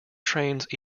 trains